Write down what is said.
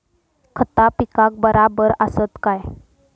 खता पिकाक बराबर आसत काय?